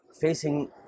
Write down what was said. facing